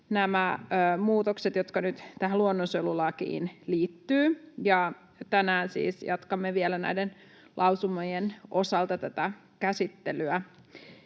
muutokset, jotka nyt tähän luonnonsuojelulakiin liittyvät. Tänään siis jatkamme vielä näiden lausumien osalta tätä käsittelyä.